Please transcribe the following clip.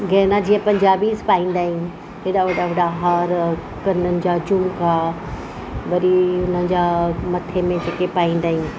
गहना जीअं पंजाबीस पाईंदा आहिनि हेॾा वॾा वॾा हार कननि जा झुमका वरी उनजा मथे में जेके पाईंदा आहिनि झ